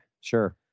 Sure